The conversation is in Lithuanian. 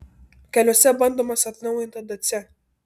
keliuose bandomas atnaujinta dacia